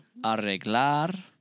arreglar